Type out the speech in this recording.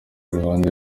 iruhande